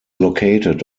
located